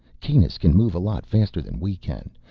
kanus can move a lot faster than we can.